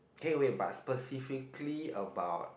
K where but specifically about